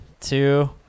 two